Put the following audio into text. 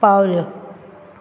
पावल्यो